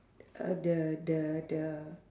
uh the the the